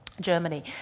Germany